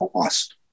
cost